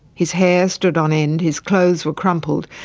his hair stood on end, his clothes were crumpled.